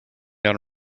down